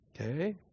Okay